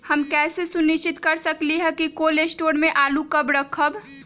हम कैसे सुनिश्चित कर सकली ह कि कोल शटोर से आलू कब रखब?